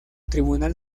tribunal